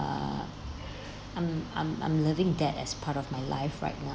err I'm I'm I'm loving that as part of my life right now